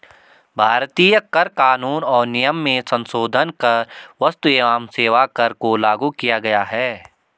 भारतीय कर कानून और नियम में संसोधन कर क्स्तु एवं सेवा कर को लागू किया गया है